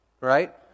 right